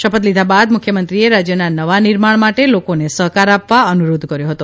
શપથ લીધા બાદ મુખ્યમંત્રીએ રાજયના નવા નિર્માણ માટે લોકોને સહકાર આપવા અનુરોધ કર્યો હતો